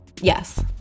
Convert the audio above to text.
Yes